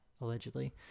allegedly